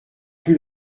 plus